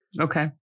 Okay